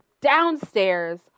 downstairs